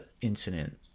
incident